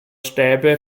stäbe